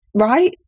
Right